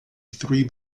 three